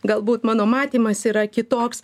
galbūt mano matymas yra kitoks